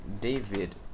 David